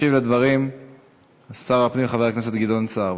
ישיב על הדברים שר הפנים חבר הכנסת גדעון סער.